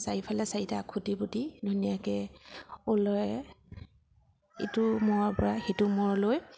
চাৰিফালে চাৰিটা খুটি পুতি ধুনীয়াকৈ ঊলেৰে ইটো মূৰৰপৰা সিটো মূৰলৈ